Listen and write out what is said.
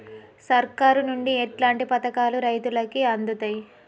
సర్కారు నుండి ఎట్లాంటి పథకాలు రైతులకి అందుతయ్?